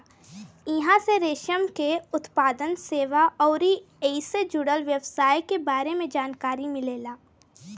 इहां से रेशम के उत्पादन, सेवा अउरी ऐइसे जुड़ल व्यवसाय के बारे में जानकारी मिलेला